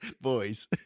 Boys